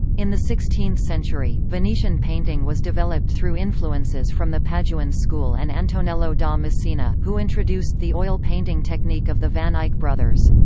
in the sixteenth century, venetian painting was developed through influences from the paduan school and antonello da messina, who introduced the oil painting technique of the van eyck brothers.